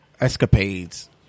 escapades